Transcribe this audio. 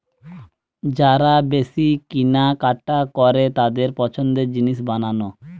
যারা বেশি কিনা কাটা করে তাদের পছন্দের জিনিস বানানো